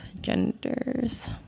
genders